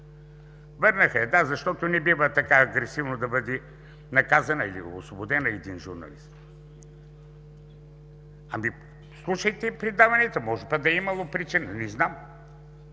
Върнаха я, да, защото не бива така агресивно да бъде наказан или освободен един журналист. Ами слушайте ѝ предаванията, може пък да е имало причина, не знам.